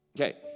Okay